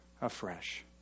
afresh